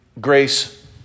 grace